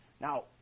Now